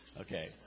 Okay